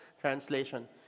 translation